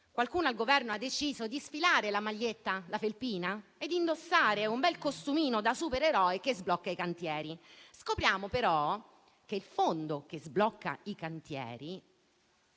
Qualcuno al Governo ha deciso di sfilare la felpina e di indossare un bel costumino da supereroe che sblocca i cantieri. Scopriamo, però, che il fondo che sblocca i cantieri